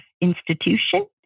institution